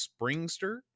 springster